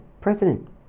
president